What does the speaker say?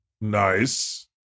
Nice